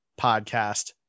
podcast